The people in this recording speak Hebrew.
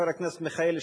חבר הכנסת מיכאלי,